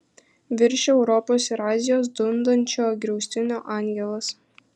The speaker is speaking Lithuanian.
virš europos ir azijos dundančio griaustinio angelas